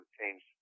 change